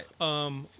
Right